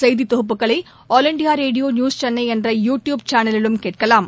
செய்தி தொகுப்புகளை all India radio news Chennai என்ற யு டியூப் சேனலிலும் அறிந்து கொள்ளலாம்